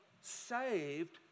saved